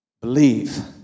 Believe